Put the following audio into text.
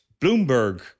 Bloomberg